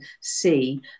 see